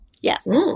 Yes